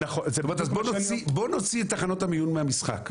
אז בוא נוציא את תחנות המיון מהמשחק.